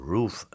Roof